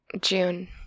June